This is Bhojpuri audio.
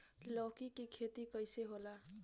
लौकी के खेती कइसे होला?